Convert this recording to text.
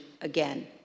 again